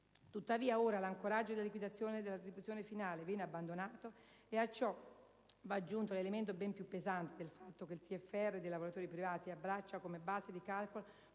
Tuttavia, ora l'ancoraggio della liquidazione alla retribuzione finale viene abbandonato e a ciò va aggiunto l'elemento, ben più pesante, del fatto che il TFR dei lavoratori privati abbraccia come base di calcolo